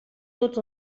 tots